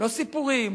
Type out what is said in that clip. לא סיפורים.